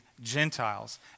Gentiles